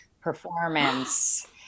performance